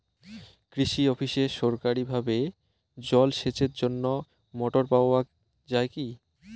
কৃষি অফিসে সরকারিভাবে জল সেচের জন্য মোটর পাওয়া যায় কি?